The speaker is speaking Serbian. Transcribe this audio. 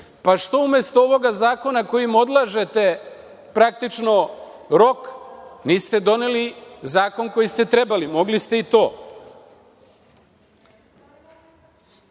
pa što umesto ovog zakona, kojim odlažete praktično rok, niste doneli zakon koji ste trebali? Mogli ste i